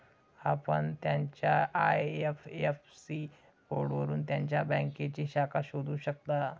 आपण त्याच्या आय.एफ.एस.सी कोडवरून त्याच्या बँकेची शाखा शोधू शकता